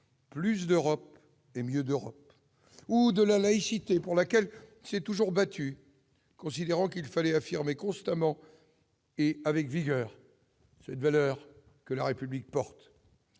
plus d'Europe et mieux d'Europe »-ou de la laïcité, pour laquelle il s'est toujours battu, considérant qu'il fallait affirmer constamment et avec vigueur ces valeurs que la République porte.